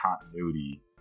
continuity